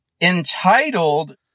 entitled